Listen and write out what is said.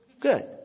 Good